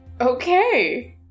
Okay